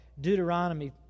Deuteronomy